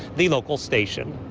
the local station.